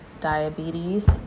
diabetes